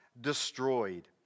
destroyed